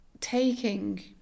taking